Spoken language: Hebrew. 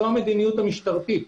זו המדיניות המשטרתית.